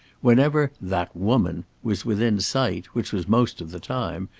whenever that woman was within sight, which was most of the time,